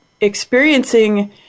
experiencing